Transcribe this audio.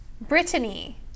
Brittany